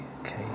Okay